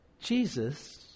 Jesus